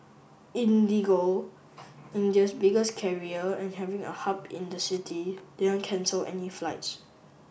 IndiGo India's biggest carrier and having a hub in the city didn't cancel any flights